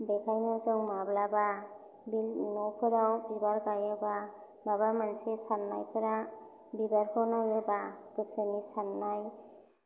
बेखायनो जों माब्लाबा बिल्डिं न'फोराव बिबार गायोबा माबा मोनसे साननायफोरा बिबारखौ नायोबा गोसोनि साननाय